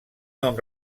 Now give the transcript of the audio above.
nom